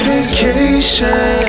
Vacation